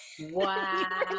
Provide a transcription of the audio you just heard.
wow